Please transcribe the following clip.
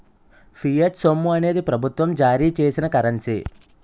fiat సొమ్ము అనేది ప్రభుత్వం జారీ చేసిన కరెన్సీ